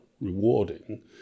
rewarding